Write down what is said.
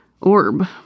orb